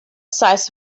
sites